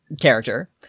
character